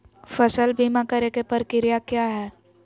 फसल बीमा करे के प्रक्रिया का हई?